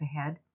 ahead